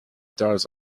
does